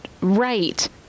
right